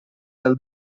del